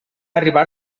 arribar